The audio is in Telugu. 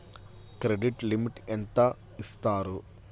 క్రెడిట్ లిమిట్ ఎంత ఇస్తారు?